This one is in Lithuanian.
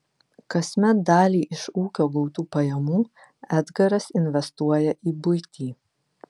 kasmet dalį iš ūkio gautų pajamų edgaras investuoja į buitį